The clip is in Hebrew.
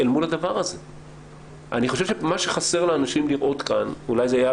אני חושב שמה שחסר לאנשים לראות כאן זה לראות